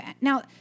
Now